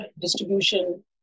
distribution